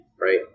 right